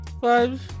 five